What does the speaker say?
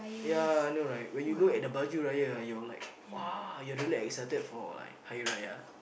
ya no like when you look at the baju raya ah you are like !wah! you are really excited for like Hari-Raya